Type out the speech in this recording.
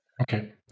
Okay